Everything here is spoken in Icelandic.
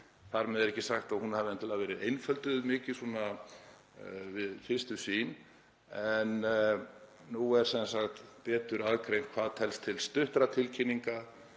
Þar með er ekki sagt að hún hafi endilega verið einfölduð mikið svona við fyrstu sýn. En nú er betur aðgreint hvað telst til stuttra tilkynninga,